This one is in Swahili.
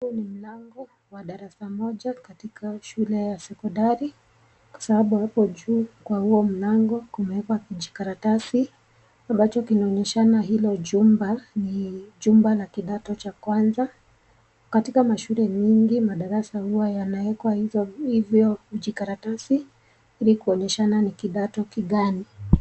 Huu ni mlango wa darasa moja katika shule ya secondari, kwa sababuhuko juu kwa huo mlango kumewekwa kijikaratasi ambacho kinaonyeshana hilo jumba ni jumba la kidato cha kwanza. Katila mashule nyingi, madarasa huwa yanawekwa hivyo jikaratasi ili kuonyeshana ni kidato kigani.